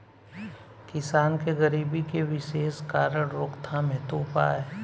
किसान के गरीबी के विशेष कारण रोकथाम हेतु उपाय?